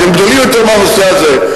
שהם גדולים יותר מהנושא הזה,